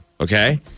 Okay